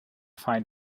find